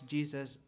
Jesus